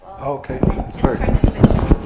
Okay